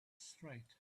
straight